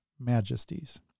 majesties